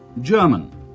German